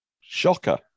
Shocker